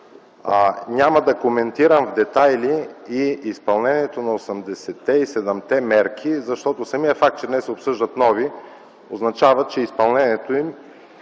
Няма да коментирам в детайли и изпълнението на 87-те мерки, защото самият факт, че днес се обсъждат нови, означава, че нещо не